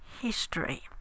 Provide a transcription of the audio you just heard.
history